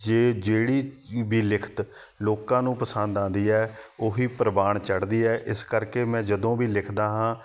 ਜੇ ਜਿਹੜੀ ਵੀ ਲਿਖਤ ਲੋਕਾਂ ਨੂੰ ਪਸੰਦ ਆਉਂਦੀ ਹੈ ਉਹੀ ਪ੍ਰਵਾਨ ਚੜ੍ਹਦੀ ਹੈ ਇਸ ਕਰਕੇ ਮੈਂ ਜਦੋਂ ਵੀ ਲਿਖਦਾ ਹਾਂ